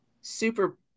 super